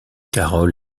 carol